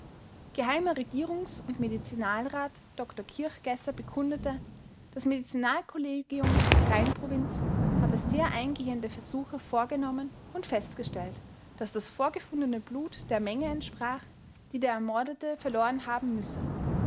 geh regierungs und medizinalrat dr kirchgässer bekundete das medizinalkollegium der rheinprovinz habe sehr eingehende versuche vorgenommen und festgestellt daß das vorgefundene blut der menge entsprach die der ermordete dete verloren haben müsse